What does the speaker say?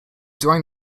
during